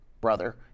brother